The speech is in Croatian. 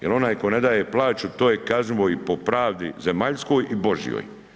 Jer onaj tko ne daje plaću to je kažnjivo i po pravdi zemaljskoj i Božjoj.